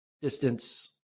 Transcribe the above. distance